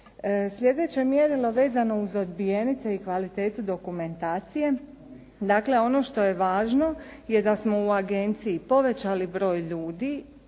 Sljedeće mjerilo vezano uz odbijenice i kvalitetu dokumentacije, dakle ono što je važno je da smo u agenciji povećali broj ljudi